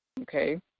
okay